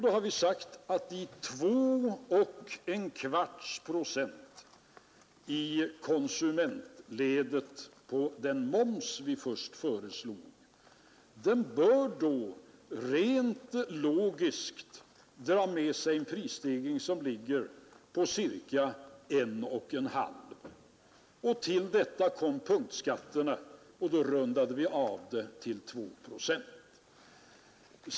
Då har vi sagt att 2,25 procent i konsumentledet på den moms vi först föreslog denna gång rent logiskt måste dra med sig en prisstegring som ligger på högst 1,5 procent. Till detta kom punktskatterna, och då rundade vi av det till 2 procent.